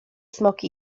smoki